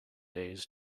days